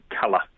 colour